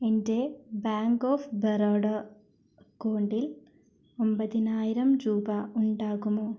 എൻ്റെ bank of Baroda അക്കൗണ്ടിൽ ഒമ്പതിനായിരം രൂപ ഉണ്ടാകുമോ